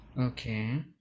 Okay